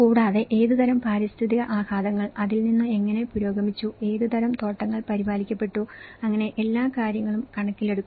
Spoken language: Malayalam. കൂടാതെ ഏതുതരം പാരിസ്ഥിതിക ആഘാതങ്ങൾ അതിൽനിന്നു എങ്ങനെ പുരോഗമിച്ചു ഏതുതരം തോട്ടങ്ങൾ പരിപാലിക്കപ്പെട്ടു അങ്ങനെ എല്ലാ കാര്യങ്ങളും കണക്കിലെടുക്കും